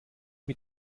mit